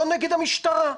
נגד המשטרה.